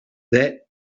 that